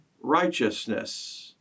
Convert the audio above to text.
righteousness